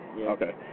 Okay